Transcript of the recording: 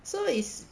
so it's